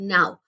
Now